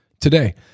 today